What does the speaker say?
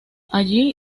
allí